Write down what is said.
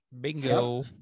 Bingo